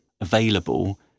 available